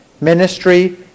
ministry